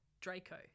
Draco